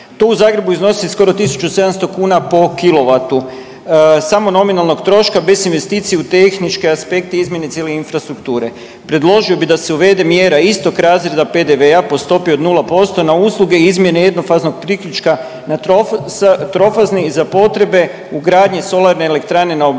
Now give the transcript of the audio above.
To u Zagrebu iznosi skoro 1700 kuna po kilovatu samo nominalnog troška bez investicije u tehničke aspekte izmjene cijele infrastrukture. Predložio bih da se uvede mjera istog razreda PDV-a po stopi od nula posto na usluge izmjene jednofaznog priključka na trofazni za potrebe ugradnje solarne elektrane na objektima